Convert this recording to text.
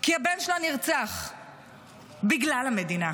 כי הבן שלה נרצח בגלל המדינה,